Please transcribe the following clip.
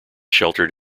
sheltered